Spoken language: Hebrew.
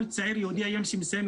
כל צעיר יהודי היום שמסיים,